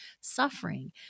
suffering